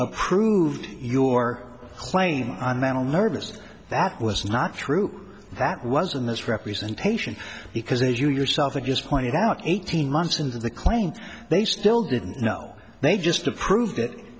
approved your claim on mental nervous that was not true that was in this representation because as you yourself were just pointed out eighteen months into the claim they still didn't know they just approve